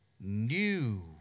new